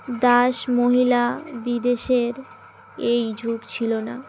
দাস মহিলা বিদেশে এই যুগ ছিল না